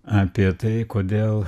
apie tai kodėl